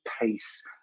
pace